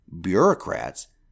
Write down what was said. bureaucrats